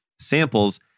samples